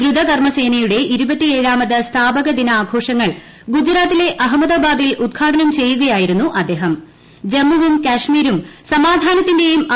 ദ്രുതകർമ്മസേനയുടെ സ്ഥാപകദിന ആഘോഷങ്ങൾ ഗുജറാത്തിലെ അഹമ്മദാബാദിൽ ഉദ്ഘാടനം ചെയ്യുകയായിരുന്നു ജമ്മുവും കാശ്മീരും സമാധാനത്തിന്റെയും അദ്ദേഹം